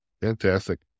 Fantastic